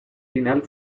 final